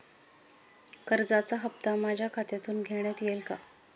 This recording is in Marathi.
कर्जाचा हप्ता माझ्या खात्यातून घेण्यात येईल का?